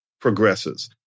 progresses